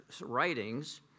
writings